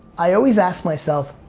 i always as myself,